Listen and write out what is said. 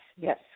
Yes